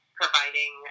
providing